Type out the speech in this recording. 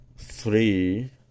three